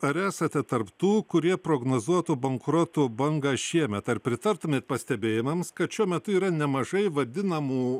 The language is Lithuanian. ar esate tarp tų kurie prognozuotų bankrotų bangą šiemet ar pritartumėt pastebėjimams kad šiuo metu yra nemažai vadinamų